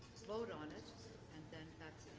vote on it and then that's